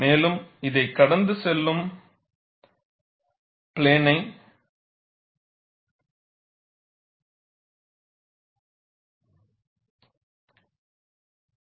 மேலும் இதைக் கடந்து செல்லும் பிளேனை கர்ஹுத்தில் வைக்கிறேன்